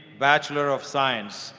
master of science,